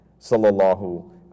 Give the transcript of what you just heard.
sallallahu